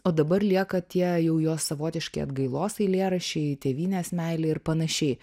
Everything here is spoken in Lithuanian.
o dabar lieka tie jau jos savotiški atgailos eilėraščiai tėvynės meilė ir panašiai